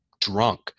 drunk